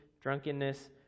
drunkenness